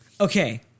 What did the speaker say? Okay